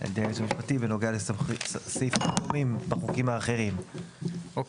על ידי היועץ המשפטי בחוקים האחרים --- אוקיי,